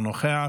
אינו נוכח.